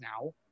now